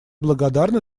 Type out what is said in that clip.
благодарны